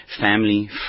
family